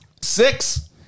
Six